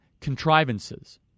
contrivances